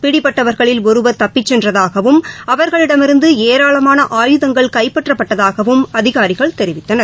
பிடிபட்டவர்களில் ஒருவர் தப்பிச்சென்றதாகவும் அவர்களிடமிருந்துஏராளமான கைப்பற்றப்பட்டதாகவும் அதிகாரிகள் தெரிவித்தனர்